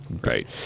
Right